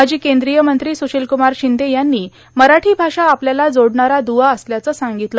माजी कंद्रीय मंत्री सुशील कुमार शिंदे यांनी मराठां भाषा आपल्याला जोडणारा द्रआ असल्याचं सांगगतलं